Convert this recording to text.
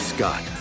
Scott